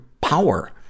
power